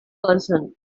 person